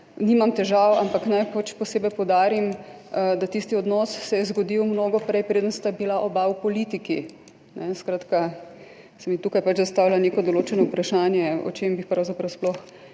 nimam težav. Ampak naj posebej poudarim, da se je tisti odnos zgodil mnogo prej, preden sta bila oba v politiki. Skratka, tukaj se mi zastavlja neko določeno vprašanje, o čem bi pravzaprav sploh